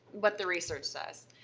but the research says.